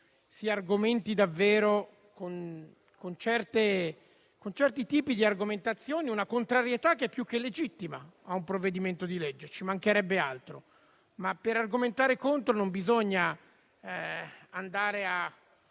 si argomenti davvero con questo tipo di argomentazioni una contrarietà che è più che legittima a un provvedimento di legge (ci mancherebbe altro). Ma, per argomentare contro, non bisogna andare a